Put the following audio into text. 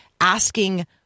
asking